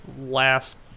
last